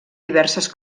diverses